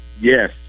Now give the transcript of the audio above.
yes